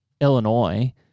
Illinois